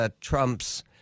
Trump's